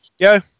Go